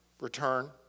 return